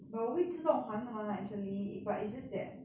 but 我会自动还的 mah actually but it's just that